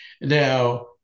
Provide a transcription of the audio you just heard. Now